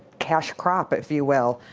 cash crop, if you will.